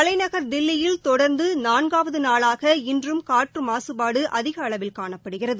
தலைநகர் தில்லியில் தொடர்ந்து நான்காவது நாளாக இன்றும் காற்று மாசுபாடு அதிக அளவில் காணப்படுகிறது